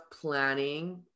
planning